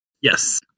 Yes